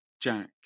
Jack